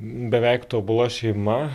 beveik tobula šeima